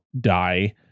die